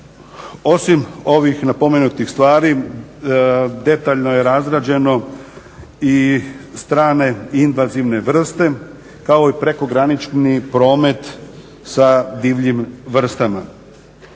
Osim ovih napomenutih stvari detaljno je razrađeno i strane i invazivne vrste, kao i prekogranični promet sa divljim vrstama.